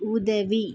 உதவி